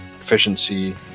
efficiency